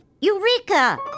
Eureka